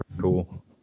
cool